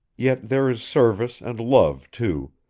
yet there is service and love, too,